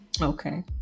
Okay